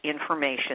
information